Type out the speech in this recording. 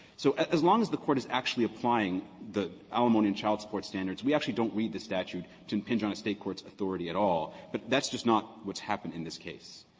so as long as the court is actually applying the alimony and child support standards, we actually don't read this statute to impinge on a state court's authority at all. but that's just not what's happened in this case.